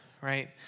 right